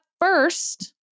first